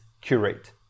curate